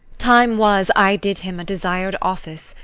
time was i did him a desired office,